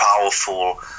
powerful